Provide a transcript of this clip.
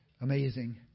amazing